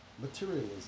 materialism